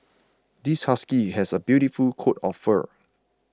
this husky has a beautiful coat of fur